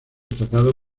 atacado